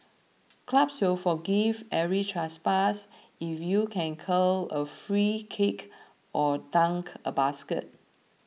clubs will forgive every trespass if you can curl a free kick or dunk a basket